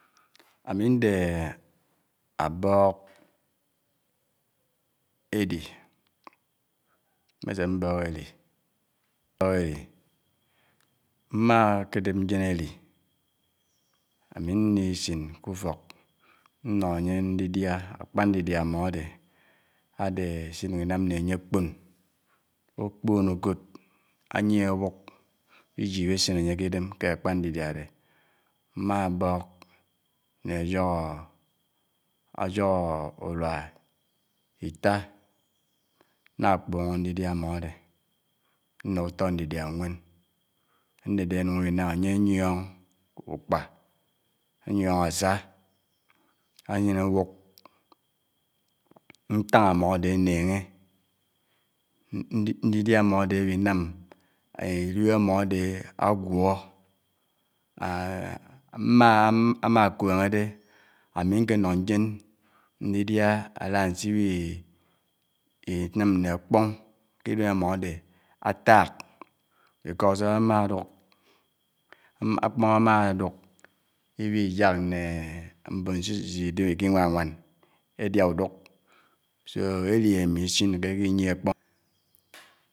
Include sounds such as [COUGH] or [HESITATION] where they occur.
Ámi ndè ábòk() èdi mmèsè mbòk ède mbòk èdi mmákè dèp nnjèn èdi, ámi ndisín ké ufòk nnó ányè ndidià ákpà ndidiá ámo ádè ádè si nyung inàm ñányè ákpòn ákpòn ukèd ániè ábuk iyip ásinè ányè kè idèm kè ákpà ndidiá ádè mà bòk nà áyòhò uruá itá ná kpòhòng ndidiá ámò ádè ñó utò ndidiá nwón ándèdè ábi nàm ányè ányiòng ukpà ányiòng ásá ányènè ábuk ntàng ámò ádè ánèghè ndiadià ámò ádè binám ilib ámò ásè ágwó [HESITATION] (s) ámákwèngè dè ámi nkè nó ndièn ndidiá ádá sè ini ibinàm nà akpón kè idem ámò áták because ámàduk ákpòn ámáduk ibihí yàk nè mbòn sè isidèb ikinwá wán èdià uduk so édi ámi isinèkèkè iniè ákpòn